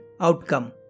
outcome